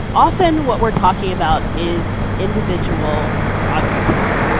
often what we are talking about is individual progress.